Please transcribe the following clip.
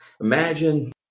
Imagine